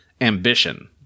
ambition